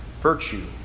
virtue